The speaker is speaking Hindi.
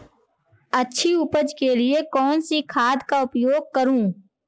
अच्छी उपज के लिए कौनसी खाद का उपयोग करूं?